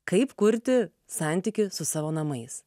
kaip kurti santykį su savo namais